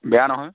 বেয়া নহয়